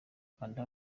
kanda